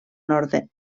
nord